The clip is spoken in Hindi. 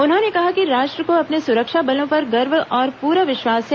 उन्होंने कहा कि राष्ट्र को अपने सुरक्षा बलों पर गर्व और पूरा विश्वास है